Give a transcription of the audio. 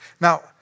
Now